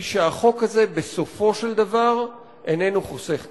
היא שהחוק הזה בסופו של דבר איננו חוסך כסף.